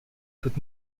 could